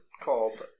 called